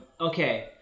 Okay